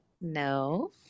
No